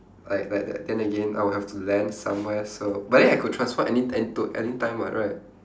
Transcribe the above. like like t~ then again I would have to land somewhere so but then I could transform any an~ to anytime [what] right